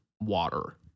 water